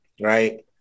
right